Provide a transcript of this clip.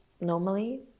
normally